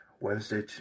Wednesday